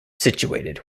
situated